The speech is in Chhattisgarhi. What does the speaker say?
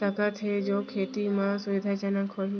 सकत हे जो खेती म सुविधाजनक होही?